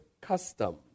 custom